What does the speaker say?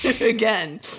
again